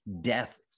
death